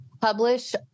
publish